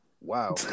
Wow